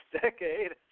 decade